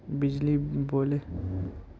बीज बोले के बाद केते दिन बाद खाद पानी दाल वे?